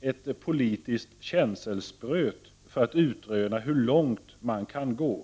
ett politiskt känselspröt för att utröna hur långt man kan gå.